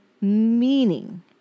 meaning